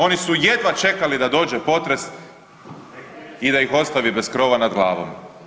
Oni su jedva čekali da dođe potres i da ih ostavi bez krova nad glavom.